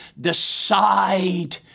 decide